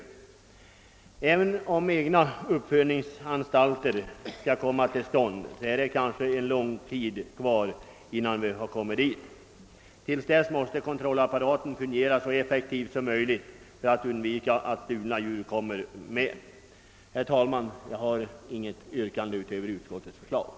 Även om egna uppfödningsanstalter en gång kan upprättas dröjer det kanske länge innan vi kommer dit. Till dess måste kontrollapparaten fungera så effektivt som möjligt för att undvika att stulna djur kommer med. Herr talman! Jag har inget yrkande utöver utskottets hemställan.